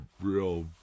real